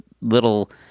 little